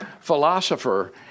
philosopher